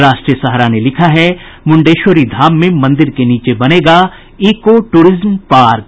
राष्ट्रीय सहारा लिखता है मुण्डेश्वरी धाम में मंदिर के नीचे बनेगा इको टूरिज्यम पार्क